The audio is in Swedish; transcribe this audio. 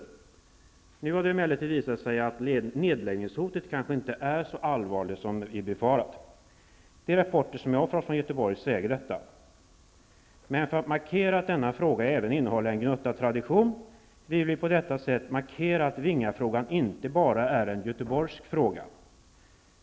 Nu har det emellertid visat sig att nedläggningshotet kanske inte är så allvarligt som vi befarat. De rapporter som jag har fått från Göteborg säger detta. Men för att markera att denna fråga även innehåller en gnutta tradion vill vi framhålla att Vingafrågan inte bara är en Göteborgsfråga.